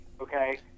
okay